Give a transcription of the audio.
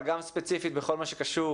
וספציפית בכל מה שקשור